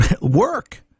work